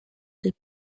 est